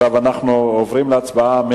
אנחנו עוברים להצבעה,